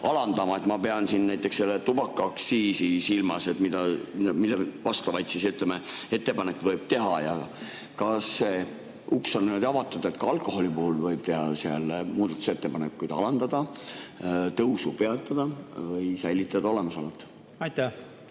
Ma pean siin näiteks tubakaaktsiisi silmas, millele vastavaid, ütleme, ettepanekuid võib teha. Kas see uks on niimoodi avatud, et ka alkoholi puhul võib teha muudatusettepanekuid, alandada, tõusu peatada või säilitada olemasolevat? Aitäh!